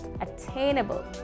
attainable